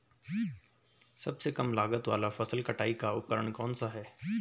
सबसे कम लागत वाला फसल कटाई का उपकरण कौन सा है?